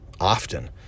often